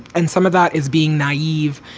and some of that is being naive.